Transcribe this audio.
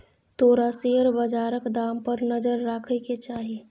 तोरा शेयर बजारक दाम पर नजर राखय केँ चाही